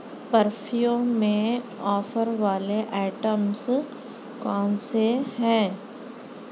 perfume میں offer والے items کون سے ہیں